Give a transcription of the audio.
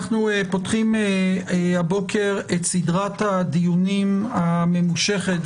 אנחנו פותחים הבוקר את סדרת הדיונים הממושכת,